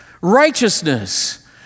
righteousness